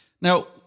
Now